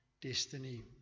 destiny